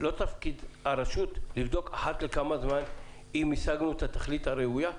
לא תפקיד הרשות לבדוק אחת לכמה זמן אם השגנו את התכלית הראויה?